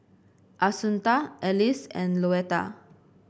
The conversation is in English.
Assunta Ellis and Louetta